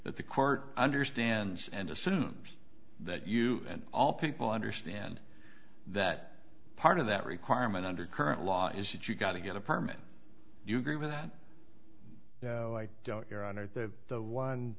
that the court understands and assumes that you and all people understand that part of that requirement under current law is that you got to get a permit you agree with that you know i don't